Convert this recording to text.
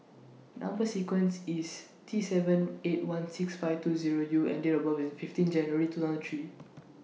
Number sequence IS T seven eight one six five two Zero U and Date of birth IS fifteen January two thousand three